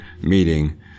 meeting